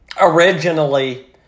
originally